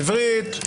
עברית,